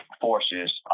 forces